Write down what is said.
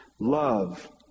Love